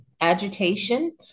agitation